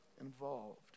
involved